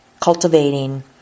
cultivating